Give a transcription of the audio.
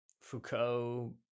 Foucault